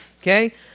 Okay